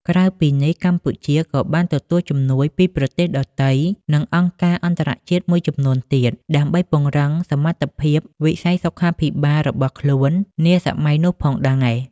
ក្រៅពីនេះ កម្ពុជាក៏បានទទួលជំនួយពីប្រទេសដទៃ និងអង្គការអន្តរជាតិមួយចំនួនទៀត ដើម្បីពង្រឹងសមត្ថភាពវិស័យសុខាភិបាលរបស់ខ្លួននាសម័យនោះផងដែរ។